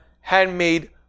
handmade